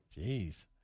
Jeez